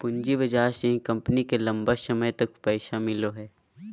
पूँजी बाजार से ही कम्पनी के लम्बा समय तक पैसा मिलो हइ